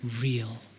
real